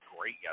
great